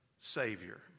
savior